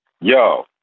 Yo